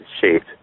shaped